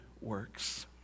works